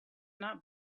not